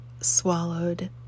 swallowed